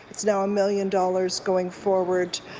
now a million dollars going forward